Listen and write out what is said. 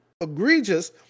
egregious